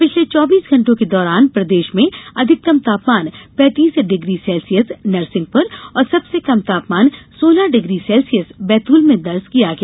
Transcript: पिछले चौबीस घंटों के दौरान प्रदेश में अधिकतम तापमान पैतीस डिग्री सेल्सियस नरसिंहपुर और सबसे कम तापमान सोलह डिग्री सेल्सियस बैतूल में दर्ज किया गया